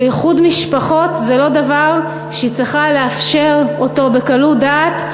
ואיחוד משפחות זה לא דבר שהיא צריכה לאפשר אותו בקלות דעת,